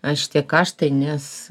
aš tiek aš tai nes